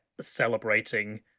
celebrating